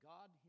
God